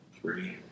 three